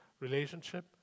relationship